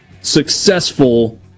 successful